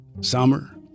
Summer